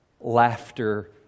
laughter